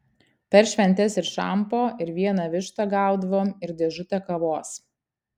per šventes ir šampo ir vieną vištą gaudavom ir dėžutę kavos